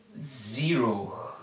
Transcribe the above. zero